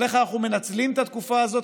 אבל איך אנחנו מנצלים את התקופה הזאת